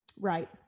Right